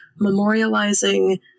memorializing